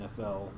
NFL